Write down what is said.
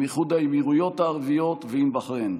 עם איחוד האמירויות הערביות ועם בחריין.